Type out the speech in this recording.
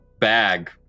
bag